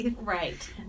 Right